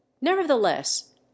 nevertheless